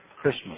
Christmas